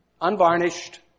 unvarnished